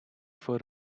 for